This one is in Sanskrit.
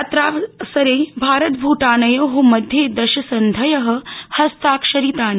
अत्रावसरे भारत भूटानयो मध्ये दश सन्धय हस्ताक्षरितानि